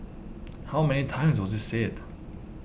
how many times was it said